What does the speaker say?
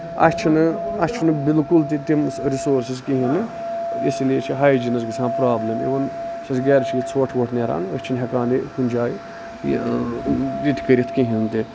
اَسہِ چھُنہٕ اَسہِ چھُنہٕ بِلکُل تہِ تِم رِسورسِز کِہینۍ نہٕ اسی لیے چھِ ہاجینَس گژھان پرابلِم اِوٕن یُس اَسہِ گرِ چھُ یہِ ژوٚٹھ ووٚٹھ نیران أسۍ چھِنہٕ ہٮ۪کٲنی کُنہِ جایہِ ڈِگ کٔرِتھ کِہینۍ تہِ